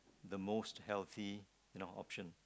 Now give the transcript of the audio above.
the most healthy in our option